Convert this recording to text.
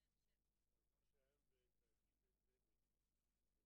נקיים את הדיון בזמן.